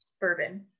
bourbon